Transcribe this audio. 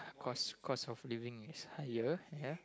cause cost of living is higher ya